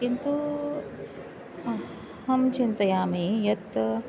किन्तु अहं चिन्तयामि यत्